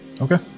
Okay